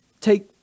take